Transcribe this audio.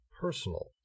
personal